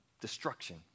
destruction